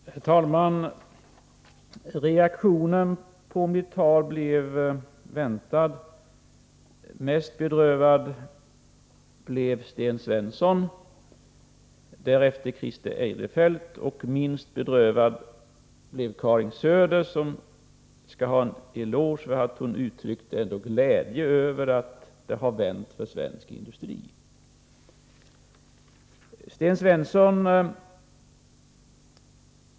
Herr talman! Reaktionen på mitt tal blev den väntade. Mest bedrövad blev Sten Svensson, därefter Christer Eirefelt, och minst bedrövad blev Karin Söder, som skall ha en eloge för att hon ändå uttryckte glädje över att det har vänt för svensk industri.